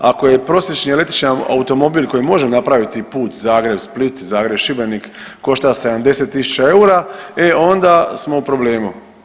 Ako je prosječni električni automobil koji može napraviti put Zagreb-Split, Zagreb-Šibenik košta 70.000 eura e onda smo u problemu.